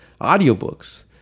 audiobooks